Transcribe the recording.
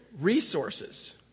resources